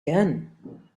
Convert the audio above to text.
gun